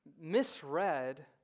misread